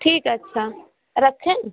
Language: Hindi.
ठीक है अच्छा रखें